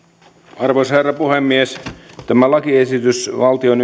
arvoisa herra puhemies tämä lakiesitys valtion